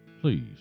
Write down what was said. Please